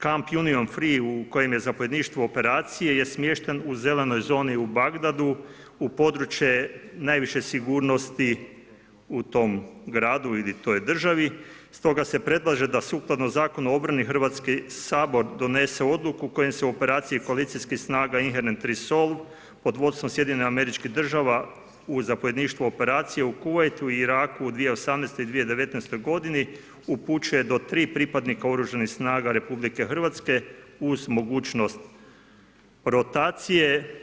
Kamp Union free u kojem je zapovjedništvu operacije je smješten je u zelenoj zoni u Bagdadu u područje najviše sigurnosti u tom gradu ili toj državi, stoga se predlaže da sukladno Zakonu o obrani Hrvatski sabor donese odluku kojim se u operaciji koalicijskih snaga INHERENT RESOLVE pod vodstvom SAD-a u zapovjedništvu operacije u Kuvajtu i Iraku u 2018. i 2019. godini upućuje do 3 pripadnika Oružanih snaga RH, uz mogućnost rotacije.